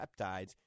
peptides